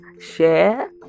share